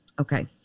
Okay